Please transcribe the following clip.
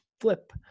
Flip